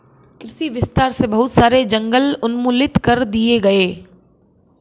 कृषि विस्तार से बहुत सारे जंगल उन्मूलित कर दिए गए